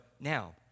now